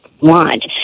want